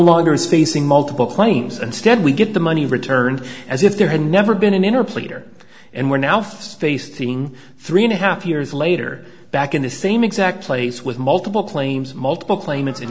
longer is facing multiple claims and stead we get the money returned as if there had never been an inner pleader and we're now facing three and a half years later back in the same exact place with multiple claims multiple claimants